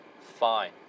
fine